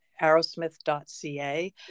arrowsmith.ca